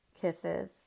kisses